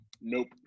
nope